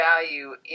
value